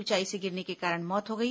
ऊंचाई से गिरने के कारण मौत हो गई